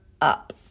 up